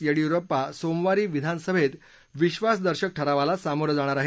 येडीयुरप्पा सोमवारी विधानसभेत विश्वासदर्शक ठरावाला सामोरं जाणार आहेत